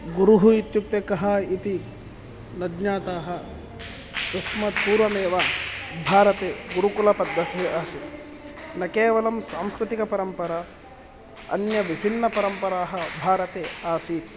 गुरुः इत्युक्ते कः इति न ज्ञाताः तस्माद् पूर्वमेव भारते गुरुकुलपद्धतिः आसीत् न केवलं सांस्कतिकपरम्परा अन्यविभिन्नपरम्परा भारते आसीत्